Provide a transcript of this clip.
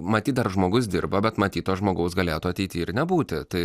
matyt dar žmogus dirba bet matyt to žmogaus galėtų ateity ir nebūti tai